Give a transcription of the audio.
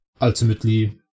ultimately